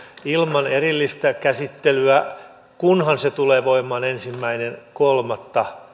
ilman erillistä käsittelyä kunhan se tulee voimaan ennen ensimmäinen kolmatta